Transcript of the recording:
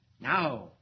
Now